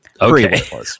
Okay